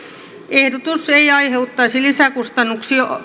ehdotus ei aiheuttaisi lisäkustannuksia